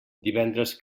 divendres